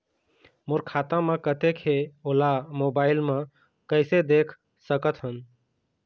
मोर खाता म कतेक हे ओला मोबाइल म कइसे देख सकत हन?